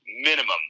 minimum